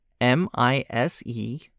M-I-S-E